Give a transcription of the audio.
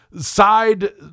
side